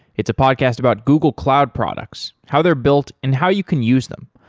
it's a podcast about google cloud products, how they're built and how you can use them.